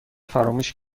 فراموش